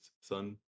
son